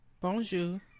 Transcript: Bonjour